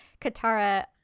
Katara